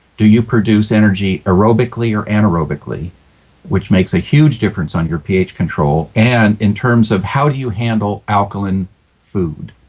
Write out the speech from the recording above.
do you produce energy aerobically or anaerobically which makes a huge difference on your ph control and in terms of how you handle alkaline and food.